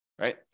right